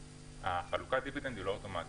חלוקת הדיבידנד אינה אוטומטית.